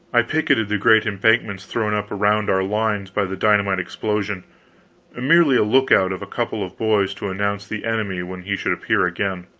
i picketed the great embankments thrown up around our lines by the dynamite explosion merely a lookout of a couple of boys to announce the enemy when he should appear again.